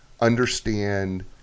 understand